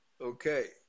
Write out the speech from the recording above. Okay